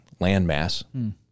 landmass